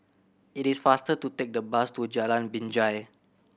it is faster to take the bus to Jalan Binjai